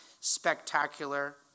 spectacular